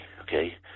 Okay